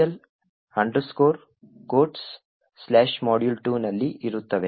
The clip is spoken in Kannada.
ಆದ್ದರಿಂದ ಈ ಸಂಕೇತಗಳು nptel codesmodule2 ನಲ್ಲಿ ಇರುತ್ತವೆ